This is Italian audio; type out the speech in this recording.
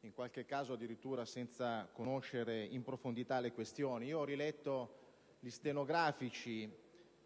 in qualche caso senza conoscere in profondità le questioni. Ho riletto i resoconti stenografici